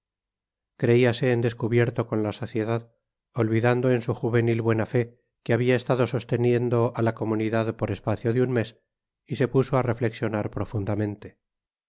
creiase en descubierto con la sociedad olvidando en su juvenil buena fe que habia estado sosteniendo á la comunidad por espacio de un mes y se puso á reflexionar profundamente